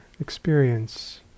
experience